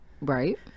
Right